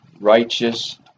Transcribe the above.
righteous